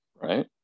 right